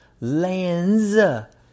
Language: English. lands